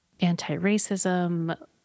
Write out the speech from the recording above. anti-racism